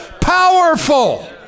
powerful